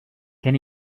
can